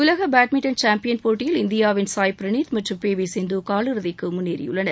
உலக badminton champion போட்டியில் இந்தியாவின் சாய் ப்ரினீத் மற்றும் பி வி சிந்து காலிறுதிக்கு முன்னேறி உள்ளனர்